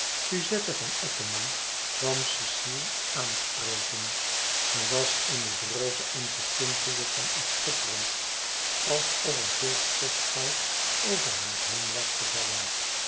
suzette van attema kwam cecile aanspreken ze was in het roze en ze tintelde van iets schitterends alsof er veel stofgoud over haar heen was gevallen